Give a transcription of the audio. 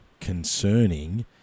concerning